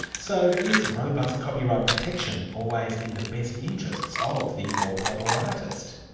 so is robust copyright protection always in the best interests of the author or artist?